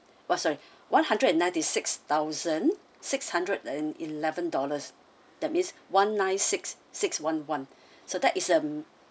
what sorry one hundred and ninety six thousand six hundred and eleven dollars that means one nine six six one one so that is a